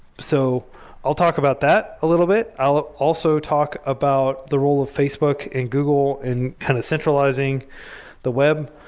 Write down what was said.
so i'll talk about that a little bit. i'll also talk about the role of facebook and google and kind of centralizing the web.